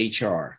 HR